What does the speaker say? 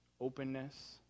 openness